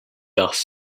dust